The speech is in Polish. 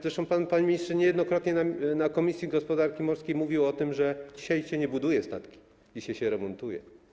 Zresztą pan, panie ministrze, niejednokrotnie na posiedzeniu komisji gospodarki morskiej mówił o tym, że dzisiaj się nie buduje statków, dzisiaj się remontuje.